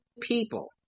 people